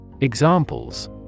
Examples